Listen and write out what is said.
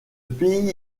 pays